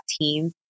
team